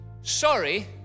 sorry